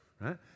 Right